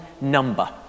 number